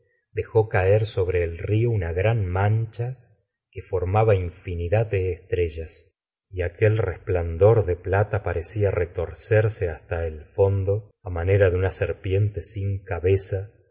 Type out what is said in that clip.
dejó caer sobre el rio una gran mancha que formaba infinidad deestrellas y aquel resplandor de plata parecía retorcerse hasta el fondo á manera de una serpiente sin cabeza